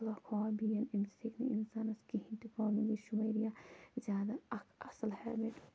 اَکھ ہابی ییٚمہِ سۭتۍ نہٕ اِنسانَس کِہیٖنٛۍ تہِ پرٛابلِم گَژھِ یہِ چھُ واریاہ زیادٕ اَکھ اَصٕل ہٮ۪بِٹ